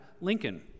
Lincoln